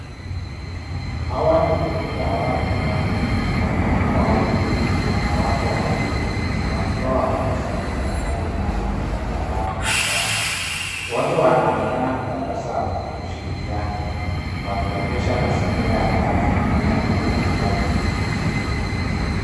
Hawa ni kundi la watu wanne , wanaume wawili na wanawake wawili, wakiwa wamekusanyika karibu na kompyuta mpakato mezani. Wote wanaonekana kutabasamu na kushirikiana wakionyesha mazingira ya kazi ya pamoja au kujifunza.